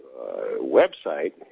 website